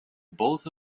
both